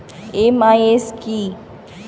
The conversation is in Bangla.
এম.আই.এস কি?